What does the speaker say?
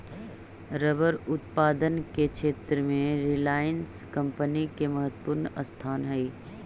rubber उत्पादन के क्षेत्र में रिलायंस कम्पनी के महत्त्वपूर्ण स्थान हई